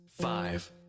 five